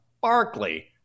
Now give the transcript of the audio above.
Barclay